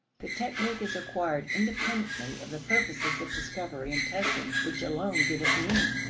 the technique is acquired independently of the purposes of discovery and testing which alone give it meaning.